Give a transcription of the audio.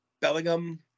Bellingham